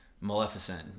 Maleficent